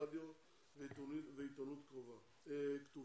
רדיו ועיתונות כתובה.